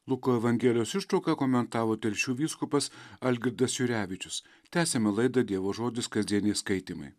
luko evangelijos ištrauką komentavo telšių vyskupas algirdas jurevičius tęsiame laidą dievo žodis kasdieniai skaitymai